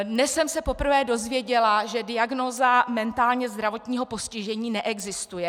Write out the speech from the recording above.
Dnes jsem se poprvé dozvěděla, že diagnóza mentálně zdravotního postižení neexistuje.